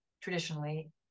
traditionally